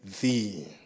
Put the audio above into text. thee